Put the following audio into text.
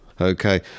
Okay